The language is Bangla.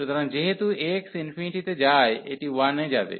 সুতরাং যেহেতু x ∞ তে যায় এটি 1 এ যাবে